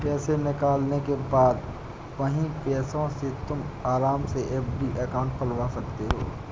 पैसे निकालने के बाद वही पैसों से तुम आराम से एफ.डी अकाउंट खुलवा सकते हो